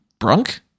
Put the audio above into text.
Brunk